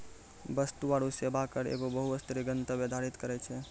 वस्तु आरु सेवा कर एगो बहु स्तरीय, गंतव्य आधारित कर छै